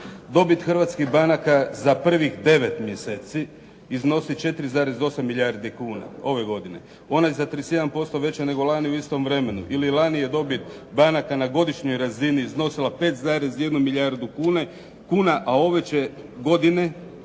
Dobit hrvatskih banaka za prvih 9 mjeseci iznosi 4,8 milijardi kuna ove godine. Ona je za 31% veća nego lani u istom vremenu ili lani je dobit banaka na godišnjoj razini iznosila 5,1 milijardu kuna, a ove će godine